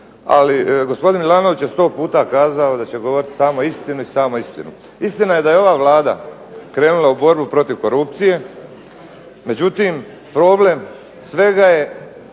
ali gospodin Milanović je sto puta kazao da će govorit samo istinu i samo istinu. Istina je da je ova Vlada krenula u borbu protiv korupcije, međutim problem svega je